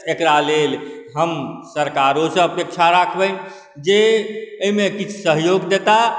एकरालेल हम सरकारोसँ अपेक्षा राखबै जे एहिमे किछु सहयोग देता